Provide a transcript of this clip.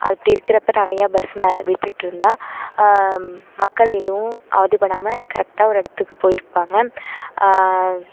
அது அப்படி இருக்கிறப்ப நிறையா பஸ் விட்டுட்டுருந்தா மக்கள் எதுவும் அவதிப்படாமல் கரெக்டாக ஒரு இடத்துக்கு போய்ருப்பாங்க